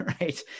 right